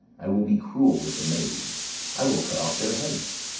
i will be cruel with the maids i will cut off their heads.